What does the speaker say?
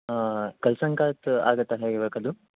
कल्सङ्कात् आगतः एव खलु